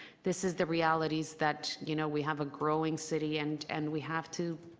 this is the realityies that you know we have a growing city and and we have to,